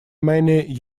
many